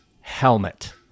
helmet